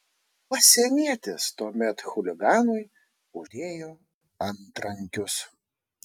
pasienietis tuomet chuliganui uždėjo antrankius